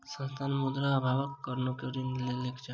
संस्थान, मुद्रा अभावक कारणेँ बैंक सॅ ऋण लेलकै